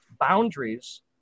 boundaries